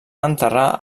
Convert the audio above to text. enterrar